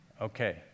Okay